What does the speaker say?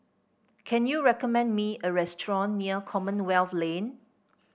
can you recommend me a restaurant near Commonwealth Lane